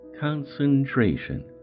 CONCENTRATION